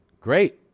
Great